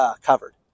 covered